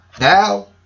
Now